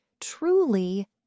truly